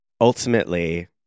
Ultimately